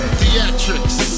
theatrics